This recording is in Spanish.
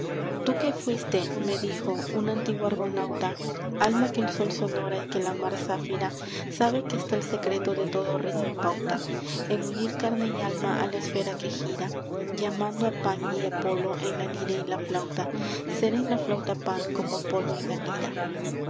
tú que fuiste me dijo un antiguo argonauta alma que el sol sonrosa y que la mar zafira sabe que está el secreto de todo ritmo y pauta en unir carne y alma a la esfera que gira y amando a pan y apolo en la lira y la flauta ser en la flauta pan como apolo en la lira